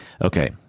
Okay